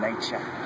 Nature